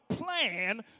plan